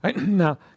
Now